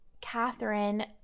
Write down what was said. Catherine